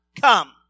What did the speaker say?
come